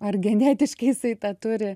ar genetiškai jisai tą turi